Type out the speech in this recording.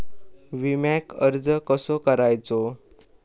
विम्याक अर्ज कसो करायचो?